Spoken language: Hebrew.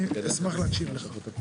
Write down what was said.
אני אשמח להקשיב לך.